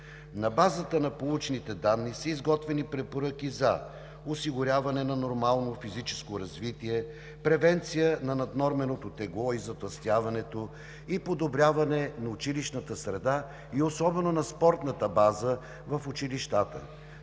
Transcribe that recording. На базата на получените данни са изготвени препоръки за осигуряване на нормално физическо развитие, превенция на наднорменото тегло и затлъстяването и подобряване на училищната среда и особено на спортна база в училищата.